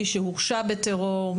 מי שהורשע בטרור,